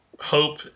hope